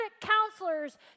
counselors